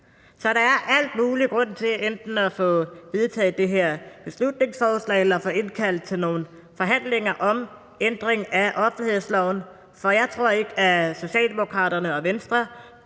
Så der er al mulig grund til enten at få vedtaget det her beslutningsforslag eller få indkaldt til nogle forhandlinger om ændring af offentlighedsloven, for jeg tror ikke, at Socialdemokraterne og Venstre